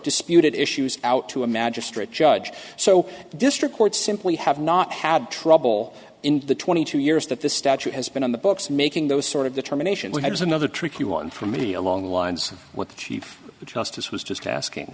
disputed issues out to a magistrate judge so district court simply have not had trouble in the twenty two years that the statute has been on the books making those sort of determination has another tricky one for me along the lines of what the chief justice was just asking